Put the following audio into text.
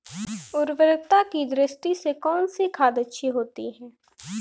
उर्वरकता की दृष्टि से कौनसी खाद अच्छी होती है?